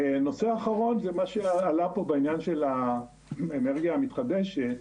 נושא אחרון הוא מה שעלה פה בעניין האנרגיה המתחדשת,